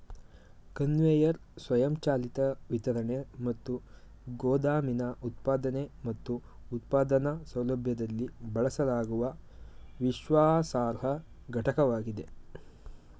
conveyor ಸ್ವಯಂಚಾಲಿತ ವಿತರಣೆ ಮತ್ತು ಗೋದಾಮಿನ ಉತ್ಪಾದನೆ ಮತ್ತು ಉತ್ಪಾದನಾ ಸೌಲಭ್ಯದಲ್ಲಿ ಬಳಸಲಾಗುವ ವಿಶ್ವಾಸಾರ್ಹ ಘಟಕವಾಗಿದೆ